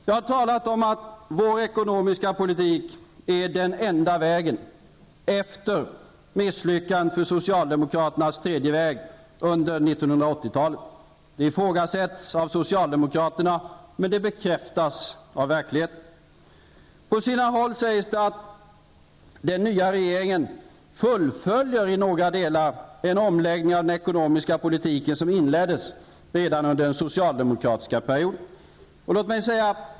Jag har talat om att vår ekonomiska politik är den enda vägen efter misslyckandet för socialdemokraternas tredje väg under 1980-talet. Det ifrågasätts av socialdemokraterna, men det bekräftas av verkligheten. På sina håll sägs det att den nya regeringen fullföljer i några delar den omläggning av den ekonomiska politiken som inleddes redan under den socialdemokratiska perioden.